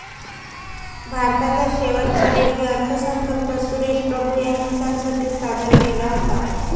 भारताचा शेवटचा रेल्वे अर्थसंकल्प सुरेश प्रभू यांनी संसदेत सादर केला होता